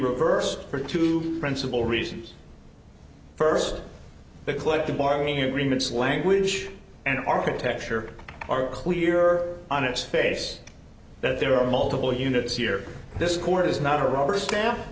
reversed for two principal reasons first the collective bargaining agreements language and architecture are clear on its face that there are multiple units here this court is not a rubber sta